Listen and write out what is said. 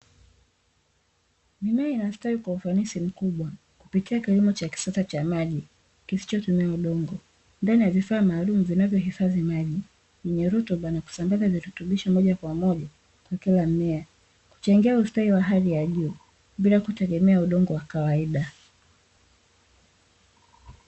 Mimea inastawi kwa ufanisi mkubwa kupitia kilimo cha kisasa cha maji kisichotumiwa udongo, ndani ya vifaa maalumu vinavyohifadhi maji yenye rutuba na kusambaza virutubisho moja kwa moja kwa kila mmea, kuchangia ustawi wa hali ya juu bila kutegemea udongo wa kawaida.